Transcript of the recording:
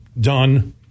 done